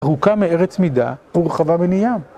ארוכה מארץ מידה ורחבה מיני ים.